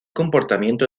comportamiento